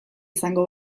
izango